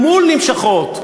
והגמול נמשכות.